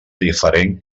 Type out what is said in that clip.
diferent